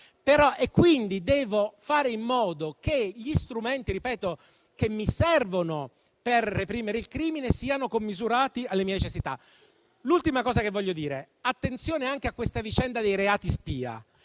quindi fare in modo che gli strumenti che mi servono per reprimere il crimine siano commisurati alle mie necessità. Voglio dire, in conclusione, di fare attenzione anche alla vicenda dei reati spia